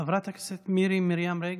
חברת הכנסת מירי מרים רגב.